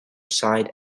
side